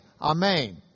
amen